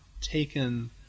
taken